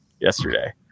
yesterday